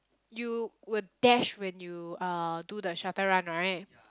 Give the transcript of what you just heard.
you would dash when you uh do the shuttle run right